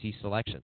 selection